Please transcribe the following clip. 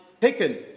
taken